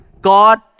God